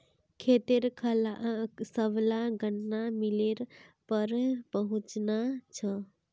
खेतेर सबला गन्ना मिलेर पर पहुंचना छ